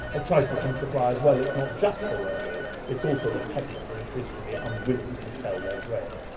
a crisis in supply as well. it's not just the railways. it's also that peasants are increasingly unwilling to sell their grain.